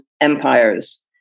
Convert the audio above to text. empires